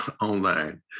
online